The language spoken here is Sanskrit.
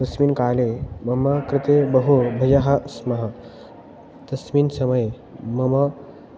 तस्मिन् काले मम कृते बहु भयं स्मः तस्मिन् समये मम